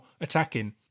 attacking